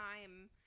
time